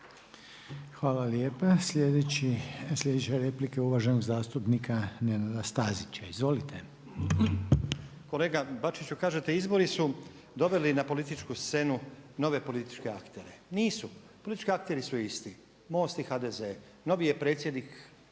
Hvala lijepa. Sljedeća replika je uvaženog zastupnika Nenada Stazića. Izvolite. **Stazić, Nenad (SDP)** Kolega Bačiću, kažete izbori su doveli na političku scenu nove političke aktere, nisu, politički akteri su isti, MOST i HDZ. Novi je predsjednik HDZ-a